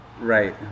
Right